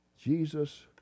Jesus